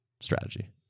strategy